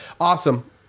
awesome